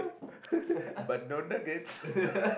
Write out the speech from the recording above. but no nuggets